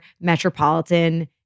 metropolitan